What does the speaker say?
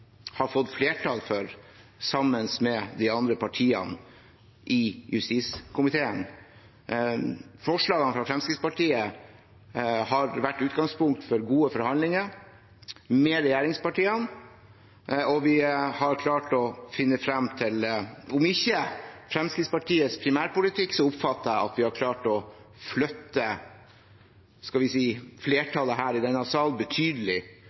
har fått flertall for, sammen med de andre partiene i justiskomiteen. Forslagene fra Fremskrittspartiet har vært utgangspunkt for gode forhandlinger med regjeringspartiene, og om vi ikke har klart å finne frem til Fremskrittspartiets primærpolitikk, så oppfatter jeg at vi har klart å flytte flertallet i denne salen betydelig, faktisk betydelig lenger enn det vi klarte i